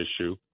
issue